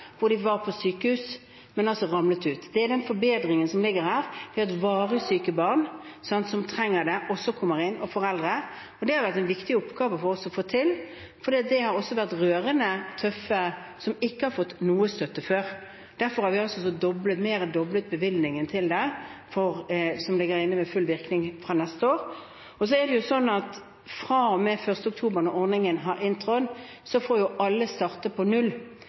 hvor de var på sykehus. De ramlet altså ut. Det er den forbedringen som ligger her, at foreldre til varig syke barn som trenger det, også kommer inn. Det har vært en viktig oppgave for oss å få til, fordi det har vært noen med rørende, tøffe historier som ikke har fått noe støtte før. Derfor har vi altså mer enn doblet bevilgningen til det, og det ligger inne med full virkning fra neste år. Det er sånn at fra og med 1. oktober, når ordningen har inntrådt, får alle starte på null.